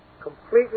completely